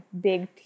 big